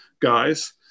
guys